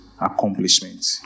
accomplishment